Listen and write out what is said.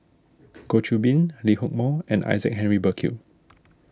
Goh Qiu Bin Lee Hock Moh and Isaac Henry Burkill